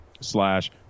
slash